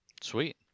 Sweet